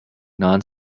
non